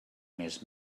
més